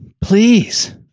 Please